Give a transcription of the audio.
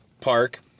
park